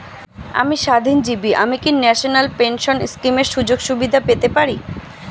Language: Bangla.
আমি স্বাধীনজীবী আমি কি ন্যাশনাল পেনশন স্কিমের সুযোগ সুবিধা পেতে পারি?